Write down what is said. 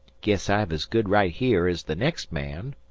guess i've as good right here as the next man.